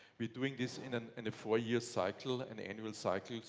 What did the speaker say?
we're doing this in and and a four-year cycle, and annual cycle. so